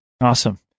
Awesome